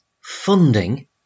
funding